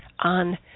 on